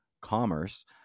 Commerce